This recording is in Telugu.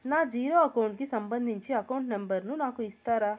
నా జీరో అకౌంట్ కి సంబంధించి అకౌంట్ నెంబర్ ను నాకు ఇస్తారా